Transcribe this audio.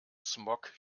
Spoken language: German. smog